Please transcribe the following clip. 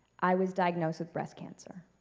i was diagnosed with breast cancer